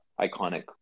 iconic